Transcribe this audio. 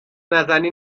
نزنی